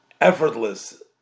effortless